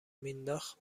مینداخت